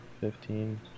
fifteen